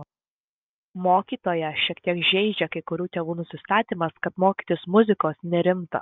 mokytoją šiek tiek žeidžia kai kurių tėvų nusistatymas kad mokytis muzikos nerimta